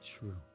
True